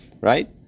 Right